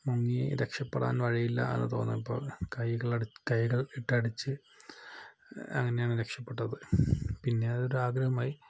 മുങ്ങി രക്ഷപ്പെടാൻ വഴിയില്ല എന്ന് തോന്നിയപ്പോൾ ഞാൻ കൈകൾ എടു കൈകൾ ഇട്ട് അടിച്ച് അങ്ങനെയാണ് ഞാൻ രക്ഷപ്പെട്ടത് പിന്നെ അതൊരു ആഗ്രഹമായി